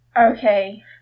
Okay